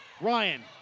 Ryan